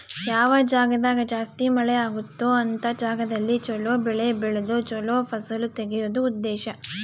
ಯಾವ ಜಾಗ್ದಾಗ ಜಾಸ್ತಿ ಮಳೆ ಅಗುತ್ತೊ ಅಂತ ಜಾಗದಲ್ಲಿ ಚೊಲೊ ಬೆಳೆ ಬೆಳ್ದು ಚೊಲೊ ಫಸಲು ತೆಗಿಯೋದು ಉದ್ದೇಶ